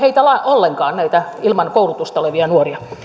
ollenkaan näitä ilman koulutusta olevia nuoria